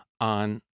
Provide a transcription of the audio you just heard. on